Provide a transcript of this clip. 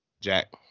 Jack